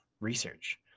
research